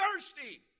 thirsty